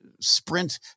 sprint